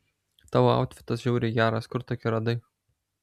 tavo autfitas žiauriai geras kur tokį radai